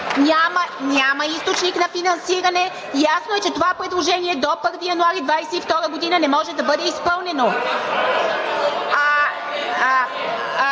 Няма източник на финансиране! Ясно е, че това предложение до 1 януари 2022 г. не може да бъде изпълнено!